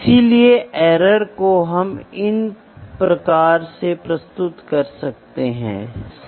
इसलिए जैसे ही आप नीचे जाते हैं और पढ़ने में त्रुटि होती है एक त्रुटि है